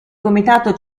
comitato